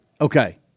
Okay